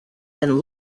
been